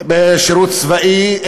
שירות צבאי,